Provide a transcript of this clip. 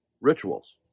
rituals